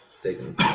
taking